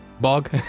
bog